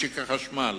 משק החשמל,